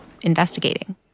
investigating